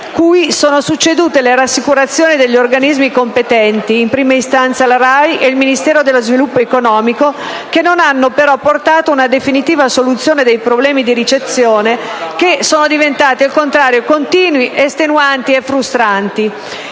cui sono succedute le rassicurazioni degli organismi competenti, in prima istanza la RAI e il Ministero dello sviluppo economico, che non hanno però portato ad una definitiva soluzione dei problemi di ricezione, i quali sono diventati al contrario continui, estenuanti e frustranti.